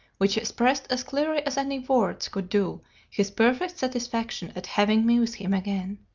which expressed as clearly as any words could do his perfect satisfaction at having me with him again.